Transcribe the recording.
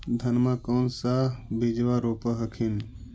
धनमा कौन सा बिजबा रोप हखिन?